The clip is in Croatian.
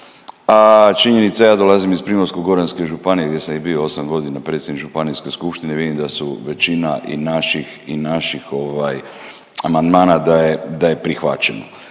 a činjenica ja dolazim iz Primorsko-goranske županije gdje sam i bio osam godina predsjednik županijske skupštine, vidim da su većina i naših amandmana da je prihvaćeno.